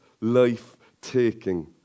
life-taking